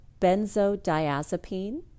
benzodiazepine